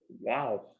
Wow